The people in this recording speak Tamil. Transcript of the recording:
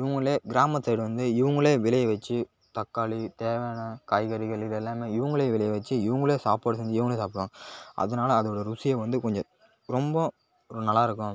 இவங்களே கிராமம் சைடு வந்து இவங்களே விளைய வச்சு தக்காளி தேவையான காய்கறிகள் இது எல்லாம் இவங்களே விளைய வச்சு இவங்களே சாப்பாடு செஞ்சி இவங்களே சாப்புடுவாங்க அதனால அதோடய ருசியே வந்து கொஞ்சம் ரொம்ப ஒரு நல்லாயிருக்கும்